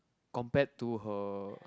compared to her